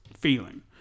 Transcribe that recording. feeling